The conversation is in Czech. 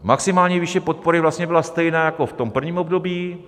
Maximální výše podpory vlastně byla stejná jako v prvním období.